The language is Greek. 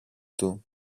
του